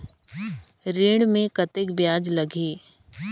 ऋण मे कतेक ब्याज लगही?